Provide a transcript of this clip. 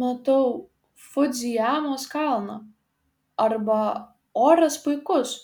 matau fudzijamos kalną arba oras puikus